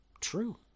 True